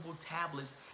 tablets